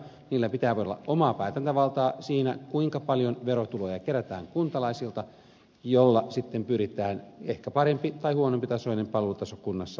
niillä pitää olla omaa päätäntävaltaa siinä kuinka paljon kerätään kuntalaisilta verotuloja joilla sitten pyritään ehkä parempi tai huonompitasoinen palvelutaso kunnassa ylläpitämään